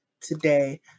today